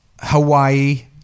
Hawaii